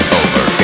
over